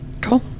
Cool